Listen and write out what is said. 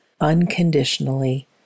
unconditionally